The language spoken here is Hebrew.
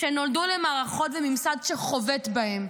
שנולדו למערכות וממסד שחובט בהם,